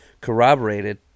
corroborated